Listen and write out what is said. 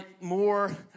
more